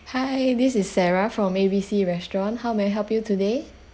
hi this is sarah from A B C restaurant how may I help you today